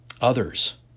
others